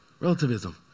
Relativism